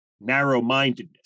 narrow-mindedness